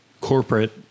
corporate